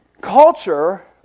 culture